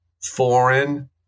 foreign